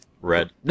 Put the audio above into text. red